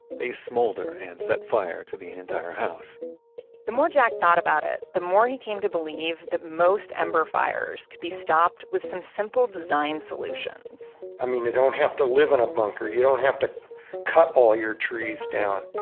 they smolder and set fire to the entire house the more jack thought about it, the more he came to believe that most ember fires could be stopped with some simple design solutions. i mean, you don't have to live in a bunker you don't have to cut all your trees down